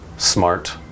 Smart